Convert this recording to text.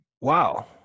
Wow